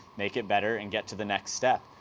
make it better, and get to the next step.